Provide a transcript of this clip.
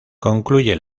concluye